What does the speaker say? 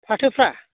फाथोफ्रा